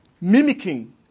mimicking